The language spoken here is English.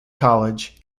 college